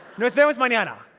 nos vemos manana.